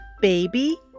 Baby